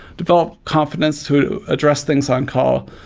develop confidence to address things on call.